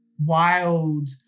wild